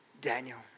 Daniel